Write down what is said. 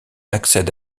accède